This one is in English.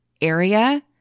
area